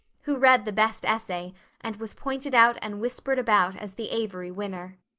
who read the best essay and was pointed out and whispered about as the avery winner.